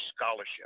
scholarship